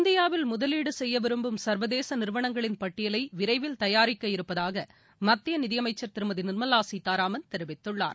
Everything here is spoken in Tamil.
இந்தியாவில் முதலீடுசெய்யவிரும்பும் சர்வதேசநிறுவனங்களின் பட்டியலைவிரைவில் தயாரிக்கவிருப்பதாகமத்தியநிதியமைச்சர் திருமதிநிர்மலாசீதாராமன் தெரிவித்துள்ளார்